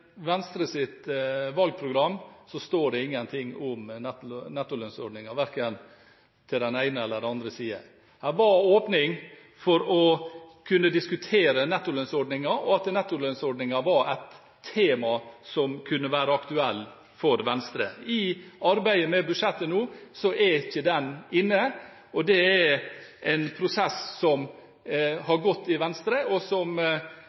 den ene eller den andre retningen. Det var åpning for å kunne diskutere nettolønnsordningen, og at nettolønnsordningen var et tema som kunne være aktuelt for Venstre. Etter arbeidet med budsjettet er den ikke inne, og det er en prosess som har gått i Venstre, og som